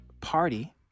party